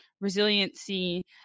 resiliency